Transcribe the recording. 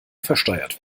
versteuert